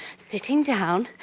sitting down,